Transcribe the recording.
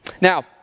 Now